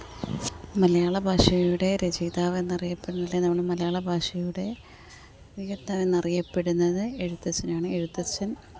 മലയാള ഭാഷയുടെ രചയിതാവ് എന്നറിയപ്പെടുന്നത് നമ്മുടെ മലയാള ഭാഷയുടെ വികത്തം എന്നറിയപ്പെടുന്നത് എഴുത്തച്ഛനെയാണ് എഴുത്തച്ഛന്